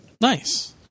Nice